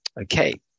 Okay